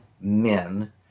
men